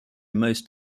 most